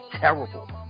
terrible